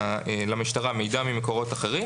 למשטרה מידע ממקורות אחרים